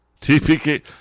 TPK